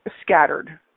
scattered